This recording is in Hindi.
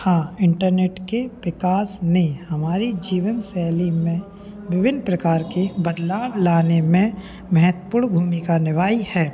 हाँ इंटरनेट के विकास ने हमारी जीवनशैली में विभिन्न प्रकार के बदलाव लाने में महत्वपूर्ण भूमिका निभाई है